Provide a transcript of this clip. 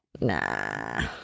Nah